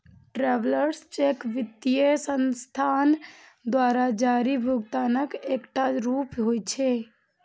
travellers cheque वित्तीय संस्थान द्वारा जारी भुगतानक एकटा रूप होइ छै